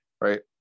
Right